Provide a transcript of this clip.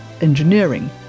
engineering